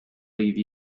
leave